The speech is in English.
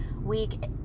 week